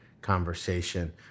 conversation